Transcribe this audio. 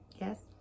yes